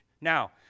Now